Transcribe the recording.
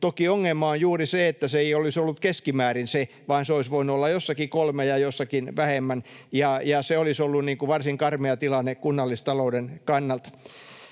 Toki ongelma on juuri se, että se ei olisi ollut keskimäärin se, vaan se olisi voinut olla jossakin kolme ja jossakin vähemmän, ja se olisi ollut varsin karmea tilanne kunnallistalouden kannalta.